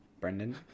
Brendan